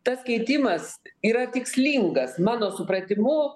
tas keitimas yra tikslingas mano supratimu